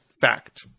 fact